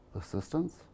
assistance